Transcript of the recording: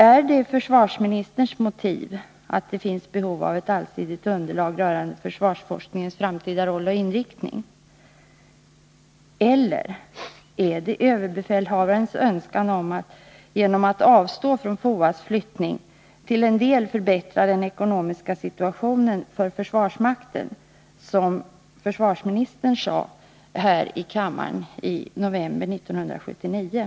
Är det försvarsministerns motiv att det finns behov av ett allsidigt underlag rörande försvarsforskningens framtida roll och inriktning eller är det överbefälhavarens önskan att genom att man avstår från att flytta FOA delvis förbättra den ekonomiska situationen för försvarsmakten, som försvarsministern sade här i kammaren i november 1979?